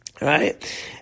Right